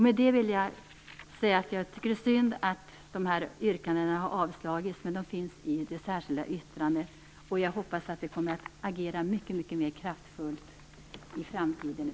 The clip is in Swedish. Med det vill jag säga att jag tycker att det är synd att de här yrkandena har avstyrkts, men de finns med i det särskilda yttrandet. Jag hoppas att vi från svensk sida kommer att agera mycket mer kraftfullt i framtiden.